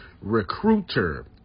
Recruiter